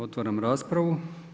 Otvaram raspravu.